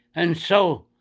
and so,